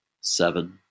seven